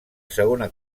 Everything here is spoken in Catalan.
segona